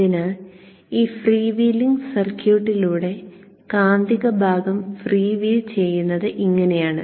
അതിനാൽ ഈ free wheeling സർക്യൂട്ടിലൂടെ കാന്തിക ഭാഗം ഫ്രീ വീൽ ചെയ്യുന്നത് ഇങ്ങനെയാണ്